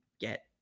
get